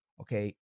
Okay